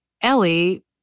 Ellie